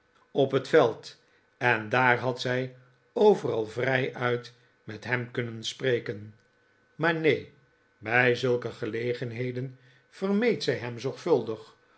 op het veld en daar haid zij overal vrijuit met hem kunnen spreken maar neen bij zulke gelegenheden vermeed zij hem zorgvuldig